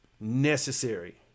necessary